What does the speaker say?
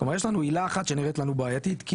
כלומר יש לנו עילה אחת שנראית לנו בעייתית כי